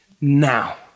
now